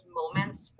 moments